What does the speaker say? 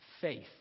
faith